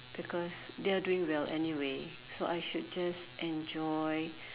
because they are doing well anyway so I should just enjoy